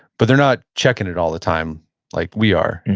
but they're not checking it all the time like we are.